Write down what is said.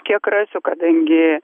kiek rasiu kadangi